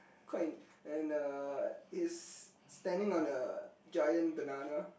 quite and a it's standing on the giant banana